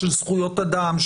של זכויות אדם,